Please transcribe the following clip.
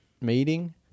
meeting